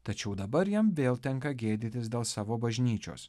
tačiau dabar jam vėl tenka gėdytis dėl savo bažnyčios